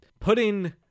Putting